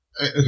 Okay